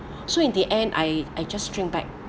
so in the end I I just shrink back